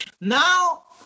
now